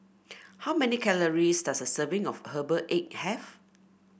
how many calories does a serving of Herbal Egg have